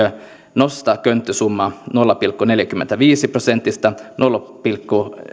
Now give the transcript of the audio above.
nostaa könttäsumma nolla pilkku neljästäkymmenestäviidestä prosentista nolla pilkku